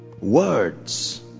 Words